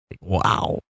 Wow